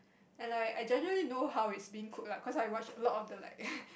and I I generally know how is being cook lah coz I watch a lot of the like